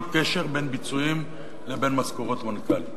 קשר בין ביצועים לבין משכורות מנכ"ל.